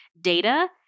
data